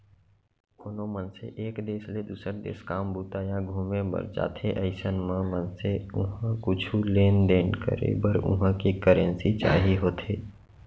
कोनो मनसे एक देस ले दुसर देस काम बूता या घुमे बर जाथे अइसन म मनसे उहाँ कुछु लेन देन करे बर उहां के करेंसी चाही होथे